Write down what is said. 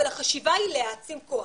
אבל החשיבה היא להעצים כוח.